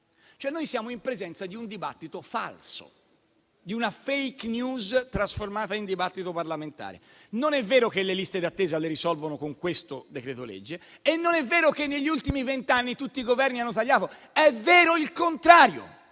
Siamo in presenza di un dibattito falso, di una *fake news* trasformata in dibattito parlamentare. Non è vero che le liste d'attesa si risolvono con questo decreto-legge e non è vero che negli ultimi vent'anni tutti i Governi hanno tagliato. È vero invece il contrario,